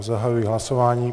Zahajuji hlasování.